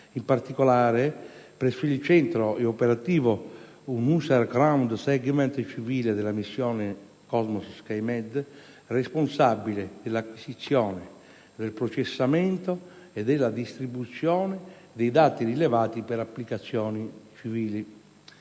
in particolare, presso il Centro è operativo lo *User Ground Segment* civile della Missione Cosmo-SkyMed, responsabile dell'acquisizione, del processamento e della distribuzione dei dati rilevati per applicazioni civili.